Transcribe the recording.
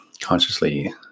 consciously